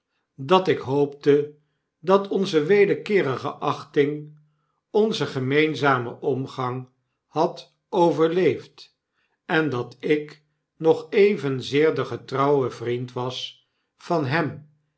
dat ik hoopte dat onze wederkeerige achting onzen gemeenzamen omgang had overleefd en dat ik nog evenzeer de getrouwe vriend was van hem